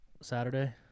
Saturday